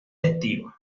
testigo